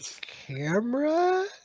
camera